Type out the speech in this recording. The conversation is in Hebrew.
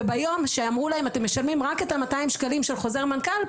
וביום שאמרו להם אתם משלמים רק את ה- 200 ש"ח של חוזר מנכ"ל,